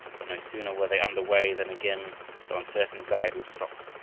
but no sooner were they under way than again their uncertain guide would stop.